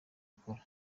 ukora